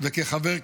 וכחבר כנסת.